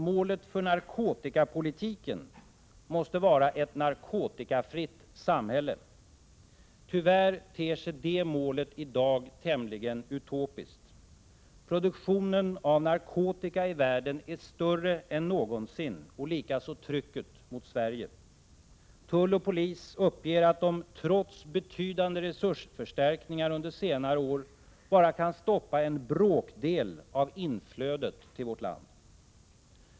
Målet för narkotikapolitiken måste vara ett narkotikafritt samhälle. Tyvärr ter sig det målet i dag tämligen utopiskt. Produktionen av narkotika i världen är större än någonsin och likaså trycket mot Sverige. Tull och polis uppger att de trots betydande resursförstärkningar under senare år bara kan stoppa en bråkdel av inflödet till vårt land.